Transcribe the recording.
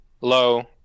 low